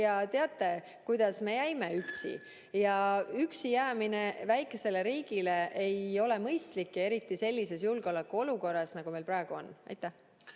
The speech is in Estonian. ja teate, kuidas me jäime üksi. Ja üksi jäämine väikesele riigile ei ole mõistlik, eriti sellises julgeolekuolukorras, nagu meil praegu on. Aitäh!